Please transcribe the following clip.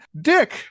Dick